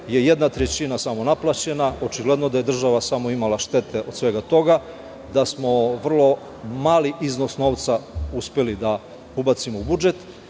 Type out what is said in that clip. je jedna trećina samo naplaćena, očigledno da je država imala samo štete od svega toga. Da smo vrlo mali iznos novca uspeli da ubacimo u budžet,